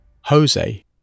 Jose